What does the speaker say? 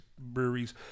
breweries